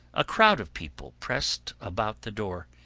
a crowd of people pressed about the door,